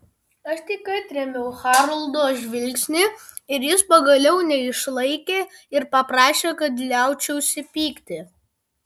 aš tik atrėmiau haroldo žvilgsnį ir jis pagaliau neišlaikė ir paprašė kad liaučiausi pykti